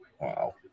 Wow